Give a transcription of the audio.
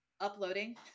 uploading